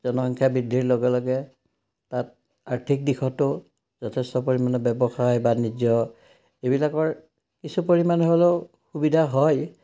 জনসংখ্যা বৃদ্ধিৰ লগে লগে তাত আৰ্থিক দিশতো যথেষ্ট পৰিমাণে ব্যৱসায় বাণিজ্য এইবিলাকৰ কিছু পৰিমাণে হ'লেও সুবিধা হয়